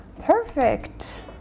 perfect